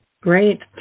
Great